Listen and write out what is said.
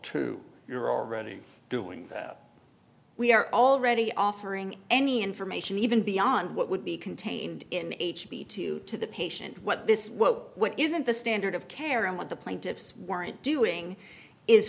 true you're already doing we are already offering any information even beyond what would be contained in h b two to the patient what this what what isn't the standard of care and what the plaintiffs weren't doing is